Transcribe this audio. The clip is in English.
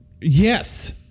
yes